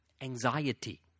anxiety